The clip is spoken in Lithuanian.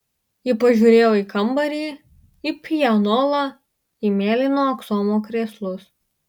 ji pažiūrėjo į kambarį į pianolą į mėlyno aksomo krėslus